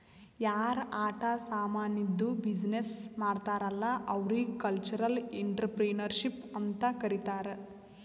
ಯಾರ್ ಆಟ ಸಾಮಾನಿದ್ದು ಬಿಸಿನ್ನೆಸ್ ಮಾಡ್ತಾರ್ ಅಲ್ಲಾ ಅವ್ರಿಗ ಕಲ್ಚರಲ್ ಇಂಟ್ರಪ್ರಿನರ್ಶಿಪ್ ಅಂತ್ ಕರಿತಾರ್